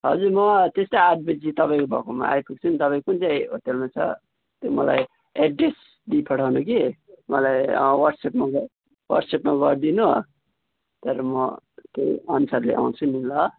हजुर म त्यस्तै म आठ बजी तपाईँ भएकोमा आइपुग्छु नि तपाईँ कुन चाहिँ होटलमा छ त्यो मलाई एड्रेस दिई पठाउनु कि मलाई अँ वाट्सएप नम्बर वाट्सएप नम्बर दिनु त्यहाँबाट म त्यही अनुसारले आउँछु नि ल